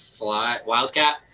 wildcat